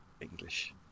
English